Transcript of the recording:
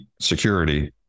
security